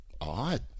Odd